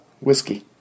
whiskey